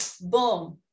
boom